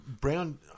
Brown